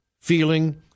feeling